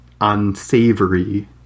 unsavory